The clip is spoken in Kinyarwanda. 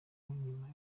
nyuma